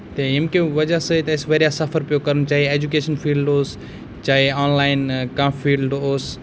تہٕ ییٚمہِ کہِ وَجہ سۭتۍ اَسہِ واریاہ سفر پیو کَرُن چاہے اٮ۪جوکیشَن فیٖلڑٕ اوس چاہے آن لاین کانٛہہ فیٖلڑٕ اوس